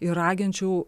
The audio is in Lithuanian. ir raginčiau